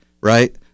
right